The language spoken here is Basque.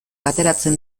ateratzen